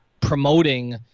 promoting